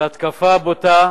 של התקפה בוטה